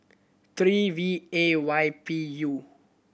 three V A Y P U